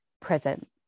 present